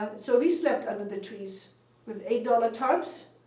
ah so we slept under the trees with eight dollars tarps,